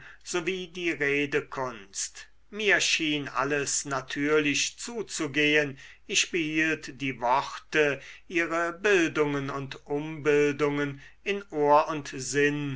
sowie die redekunst mir schien alles natürlich zuzugehen ich behielt die worte ihre bildungen und umbildungen in ohr und sinn